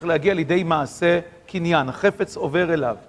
צריך להגיע לידי מעשה קניין, החפץ עובר אליו.